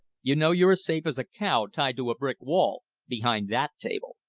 you know you're as safe as a cow tied to a brick wall behind that table.